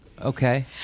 Okay